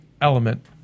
element